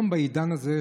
בעידן הזה,